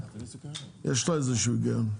יש לה איזשהו היגיון.